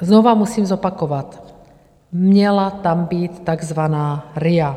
Znova musím zopakovat, měla tam být takzvaná RIA.